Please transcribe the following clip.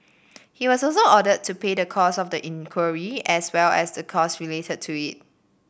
he was also ordered to pay the costs of the inquiry as well as the costs related to it